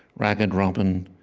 ragged robin,